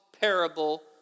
parable